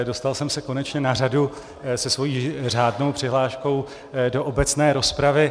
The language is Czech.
Dostal jsem se konečně na řadu se svojí řádnou přihláškou do obecné rozpravy.